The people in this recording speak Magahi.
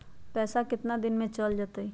पैसा कितना दिन में चल जतई?